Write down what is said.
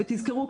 ותזכרו,